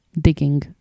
digging